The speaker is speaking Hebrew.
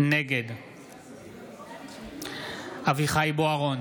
נגד אביחי אברהם